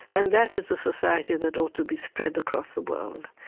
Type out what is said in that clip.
and that is a society that ought to be spread across the world.